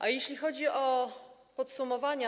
A jeśli chodzi o podsumowania.